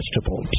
vegetables